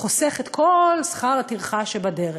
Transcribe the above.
חוסך את כל שכר הטרחה שבדרך,